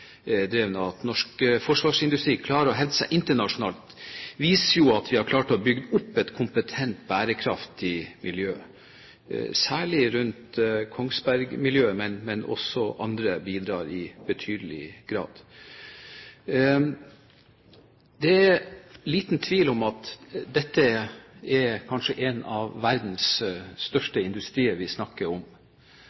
minst teknologidelen. At norsk forsvarsindustri klarer å hevde seg internasjonalt, viser jo at vi har klart å bygge opp et kompetent, beærekraftig miljø, særlig rundt Kongsberg-miljøet. Men også andre bidrar i betydelig grad. Det er liten tvil om at det er en av verdens